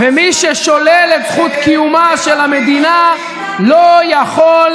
בינתיים האנשים האלה שאתה מדבר עליהם מטפלים בחולים ולא שמענו,